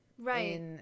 Right